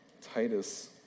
Titus